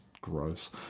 Gross